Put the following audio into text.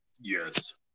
Yes